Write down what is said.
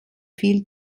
viel